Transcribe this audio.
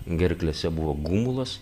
gerklėse buvo gumulas